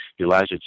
Elijah